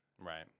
Right